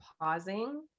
pausing